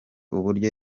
uburyo